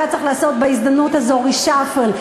היה צריך לעשות בהזדמנות הזאת reshuffle,